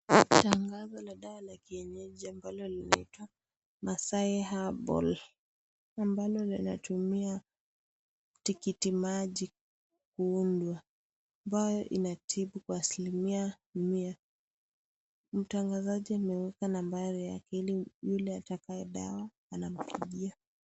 Tangazo la dawa ya kienyeji ambalo linaitwa maasai herbal ambayo linatumia tikiti maji kuundwa ambayo inatibu kwa asilimia mia. Mtangazaji ameweka nambari yake ya simu ili yule atakaye dawa anampigia.